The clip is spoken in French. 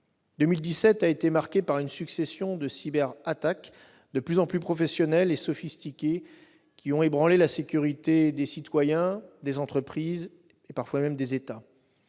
2017 a été marquée par la succession de cyberattaques de plus en plus professionnelles et sophistiquées, qui ont ébranlé la sécurité des citoyens, des entreprises et parfois même des États.